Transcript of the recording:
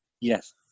Yes